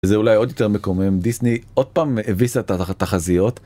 זה אולי עוד יותר מקומם, דיסני עוד פעם מביס את התחזיות.